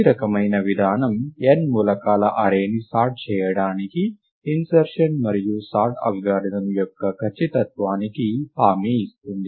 ఈ రకమైన విధానం n మూలకాల అర్రే ని సార్ట్ చేయడానికి ఇంసెర్షన్ మరియు సార్ట్ అల్గోరిథం యొక్క ఖచ్చితత్వానికి హామీ ఇస్తుంది